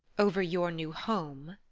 over your new home,